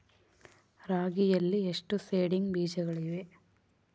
ರಾಗಿಯಲ್ಲಿ ಎಷ್ಟು ಸೇಡಿಂಗ್ ಬೇಜಗಳಿವೆ?